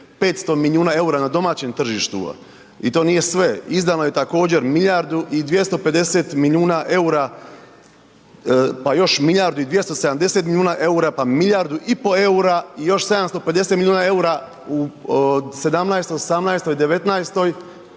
500 milijuna eura na domaćem tržištu. I to nije sve, izdano je također milijardu i 250 milijuna eura pa još milijardu i 270 milijuna eura pa milijardu i pol eura i još 750 milijuna eura u '17., '18., '19.